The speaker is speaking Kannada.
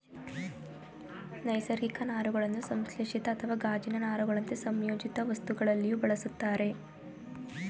ನೈಸರ್ಗಿಕ ನಾರುಗಳನ್ನು ಸಂಶ್ಲೇಷಿತ ಅಥವಾ ಗಾಜಿನ ನಾರುಗಳಂತೆ ಸಂಯೋಜಿತವಸ್ತುಗಳಲ್ಲಿಯೂ ಬಳುಸ್ತರೆ